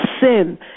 sin